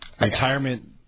retirement